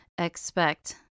Expect